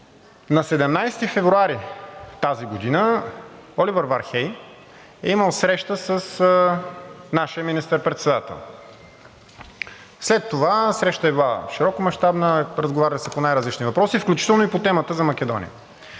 На 17 февруари тази година Оливер Вархеи е имал среща с нашия министър-председател. Срещата е широкомащабна, разговаряли са по най-различни въпроси, включително и по темата за Македония.